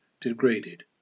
degraded